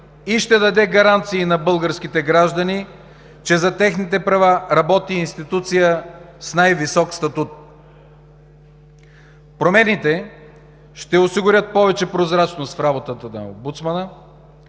и ще даде гаранции на българските граждани, че за техните права работи институция с най-висок статут. Промените ще осигурят повече прозрачност в работата на омбудсмана